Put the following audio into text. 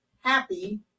happy